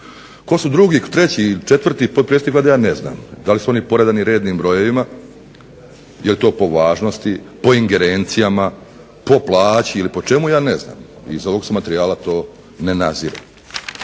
Tko su drugi, treći ili četvrti potpredsjednici Vlade ja ne znam? Da li su oni poredani rednim brojevima, jel to po važnosti, po ingerencijama, po plaći ili po čemu? Ja ne znam. Iz ovog materijala se to ne nadzire.